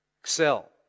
Excel